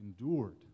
endured